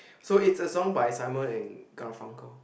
so it's a song by Simon and Garfunkel